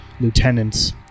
lieutenants